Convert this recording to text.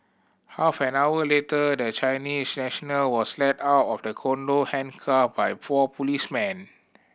half an hour later the Chinese national was led out of the condo handcuffed by four policemen